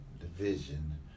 division